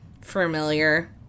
familiar